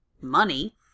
money